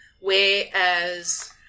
Whereas